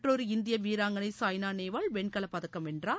மற்றொரு இந்திய வீராங்கணை சாய்னா நேவால் வெண்கலப் பதக்கம் வென்றார்